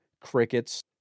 Crickets